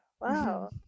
Wow